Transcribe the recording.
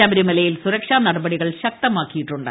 ശബരിമലയിൽ സുരക്ഷാ നടപടികൾ ശക്തമാക്കിയിട്ടുണ്ട്